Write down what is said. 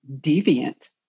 deviant